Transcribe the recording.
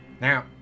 now